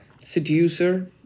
seducer